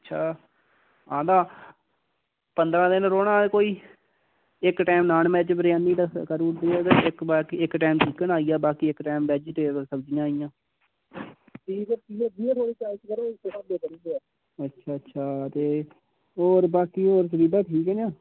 अच्छा आं तां पंदरां दिन रौहना कोई इक्क टाईम नॉन वेज़ बिरयानी दा कोई इक्क टाईम चिकन आइया इक्क टाईम कोई बैजीटेबल सब्जियां आइयां अच्छा अच्छा ते होर बाकी होर तकरीबन ठीक न